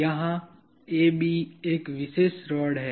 यहाँ AB एक विशेष रोड है